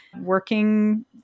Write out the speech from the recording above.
working